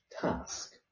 task